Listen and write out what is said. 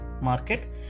market